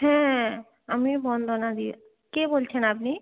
হ্যাঁ আমি বন্দনাদি কে বলছেন আপনি